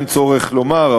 אין צורך לומר,